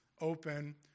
open